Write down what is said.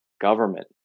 government